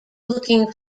looking